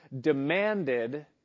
demanded